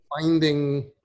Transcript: finding